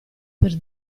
per